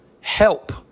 help